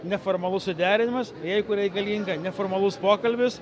neformalus suderinimas jeigu reikalinga neformalus pokalbis